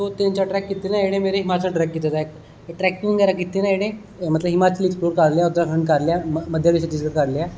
सो तिन चार ट्रैक कीते दे ना जेहडे़ मेरे हिमाचल ट्रैक कीते दा इक ट्रैकिंग बगैरा कीते ना जेहडे़ मतलब हिमाचल करी लेआ उतराखडं करी लेआ